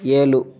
ஏழு